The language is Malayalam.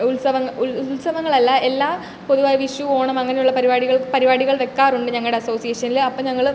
ഉത്സവങ്ങൾ ഉൽസവങ്ങളല്ല എല്ലാ പൊതുവായ വിഷു ഓണം അങ്ങനുള്ള പരിപാടികൾ പരിപാടികൾ വെക്കാറുണ്ട് ഞങ്ങളുടെ അസോസിയേഷനിൽ അപ്പം ഞങ്ങൾ